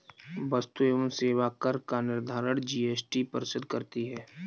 वस्तु एवं सेवा कर का निर्धारण जीएसटी परिषद करती है